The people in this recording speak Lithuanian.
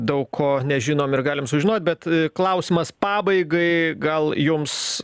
daug ko nežinom ir galim sužinot bet klausimas pabaigai gal jums